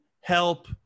help